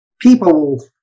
people